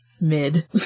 mid